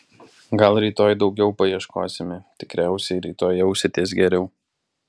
gal rytoj daugiau paieškosime tikriausiai rytoj jausitės geriau